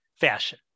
fashion